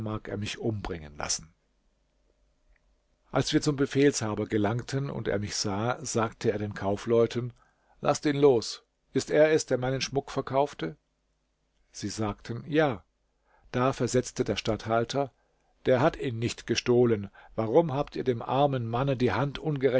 er mich umbringen lassen als wir zum befehlshaber gelangten und er mich sah sagte er den kaufleuten laßt ihn los ist er es der meinen schmuck verkaufte sie sagten ja da versetzte der statthalter der hat ihn nicht gestohlen warum habt ihr dem armen manne die hand